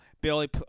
billy